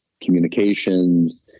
communications